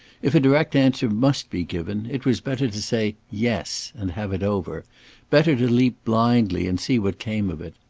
if a direct answer must be given, it was better to say yes! and have it over better to leap blindly and see what came of it.